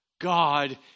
God